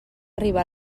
arribar